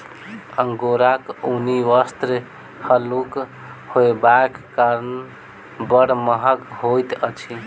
अंगोराक ऊनी वस्त्र हल्लुक होयबाक कारणेँ बड़ महग होइत अछि